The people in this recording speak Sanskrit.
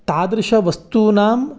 तादृशवस्तूनां